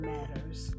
Matters